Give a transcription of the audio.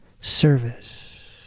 service